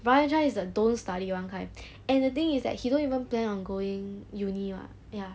ryan chan is the don't study [one] kind and the thing is that he don't even plan on going uni [what] ya